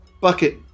Bucket